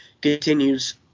continues